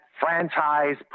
franchise